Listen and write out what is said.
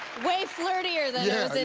way flirtier than it